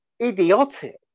idiotic